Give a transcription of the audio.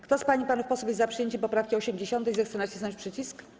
Kto z pań i panów posłów jest za przyjęciem poprawki 80., zechce nacisnąć przycisk.